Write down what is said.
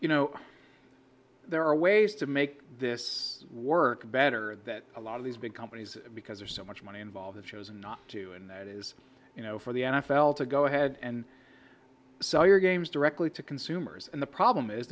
you know there are ways to make this work better that a lot of these big companies because there's so much money involved and chose not to and that is you know for the n f l to go ahead and sell your games directly to consumers and the problem is